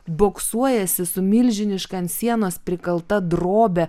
boksuojiesi su milžiniška ant sienos prikalta drobe